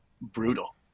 brutal